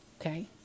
Okay